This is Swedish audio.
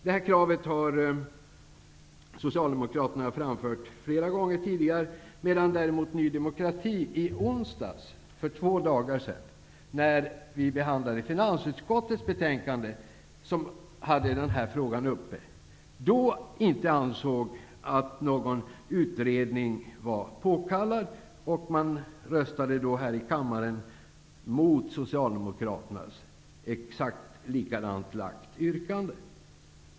Det här kravet har Socialdemokraterna framfört flera gånger tidigare, medan däremot Ny demokrati i onsdags, för två dagar sedan, när vi behandlade finansutskottets betänkande som tog upp den här frågan, inte ansåg att någon utredning var påkallad. Då röstade Ny demokrati mot Socialdemokraternas exakt likalydande yrkande här i kammaren.